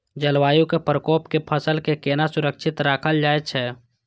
जलवायु के प्रकोप से फसल के केना सुरक्षित राखल जाय छै?